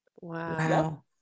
Wow